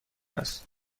است